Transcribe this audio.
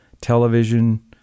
Television